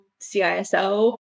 CISO